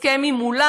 הסכם עם אולם.